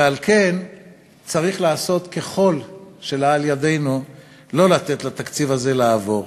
ועל כן צריך לעשות ככל שלאל ידנו לא לתת לתקציב הזה לעבור.